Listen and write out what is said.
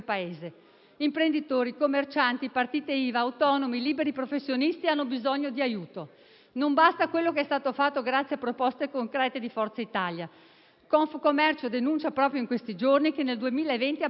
Imprenditori, commercianti, partite IVA, autonomi e liberi professionisti hanno bisogno di aiuto. Non basta quello che è stato fatto grazie a proposte concrete di Forza Italia. Confcommercio denuncia proprio in questi giorni che nel 2020 abbasseranno